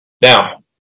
Now